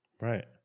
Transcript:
Right